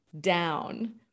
down